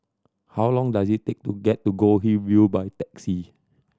how long does it take to get to Goldhill View by taxi